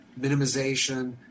minimization